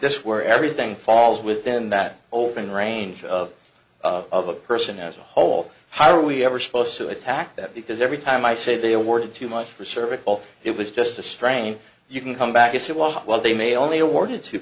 this where everything falls within that open range of of a person as a whole how are we ever supposed to attack that because every time i say they awarded too much for service oh it was just a strain you can come back if it wasn't well they may only awarded two